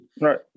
Right